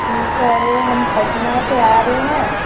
جی sir ہم پٹنہ سے آ رہے ہیں